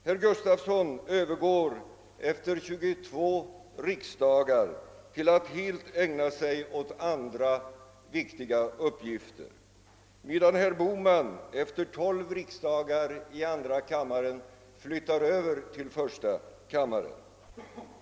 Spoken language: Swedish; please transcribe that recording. Herr Gustafsson övergår efter 22 riksdagar till att helt ägna sig åt andra viktiga uppgifter, medan herr Bohman efter tolv riksdagar i andra kammaren flyttar över till första kammaren.